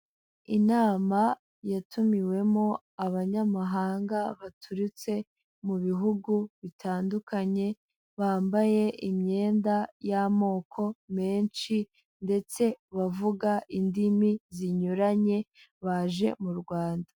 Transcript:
Inama yatumiwemo abanyamahanga baturutse mu bihugu bitandukanye, bambaye imyenda y'amoko menshi ndetse bavuga indimi zinyuranye baje mu Rwanda.